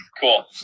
Cool